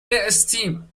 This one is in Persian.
stem